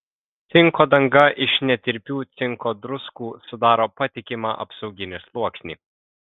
cinko danga iš netirpių cinko druskų sudaro patikimą apsauginį sluoksnį